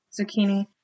zucchini